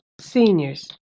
seniors